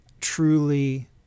truly